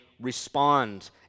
respond